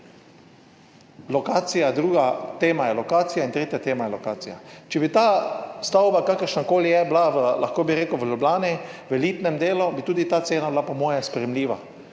lokacija, druga tema je lokacija in tretja tema je lokacija. Če bi ta stavba, kakršnakoli je, bila v, lahko bi rekel, v Ljubljani v elitnem delu, bi tudi ta cena bila po moje sprejemljiva.